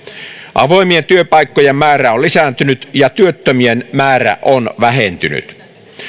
avoimien työpaikkojen määrä on lisääntynyt ja työttömien määrä on vähentynyt